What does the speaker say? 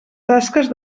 tasques